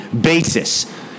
basis